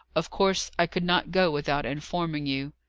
of course i could not go without informing you.